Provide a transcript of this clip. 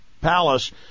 Palace